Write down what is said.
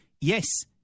yes